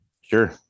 Sure